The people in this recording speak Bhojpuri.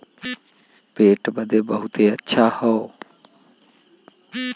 पेट बदे बहुते अच्छा हौ